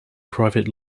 private